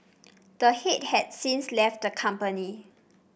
the head has since left the company